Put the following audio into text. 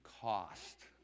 cost